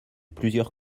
plusieurs